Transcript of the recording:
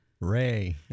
Ray